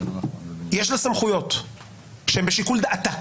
יש לה סמכויות שהם בשיקול דעתה.